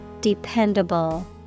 Dependable